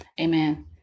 Amen